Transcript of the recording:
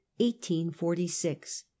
1846